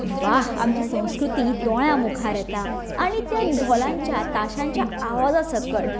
व्हा आमची संस्कृती दोळ्यां मुखार येता आनी त्या धोलांच्या ताश्यांच्या आवाजा सकट